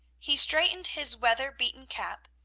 he straightened his weather-beaten cap,